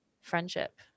friendship